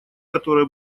которое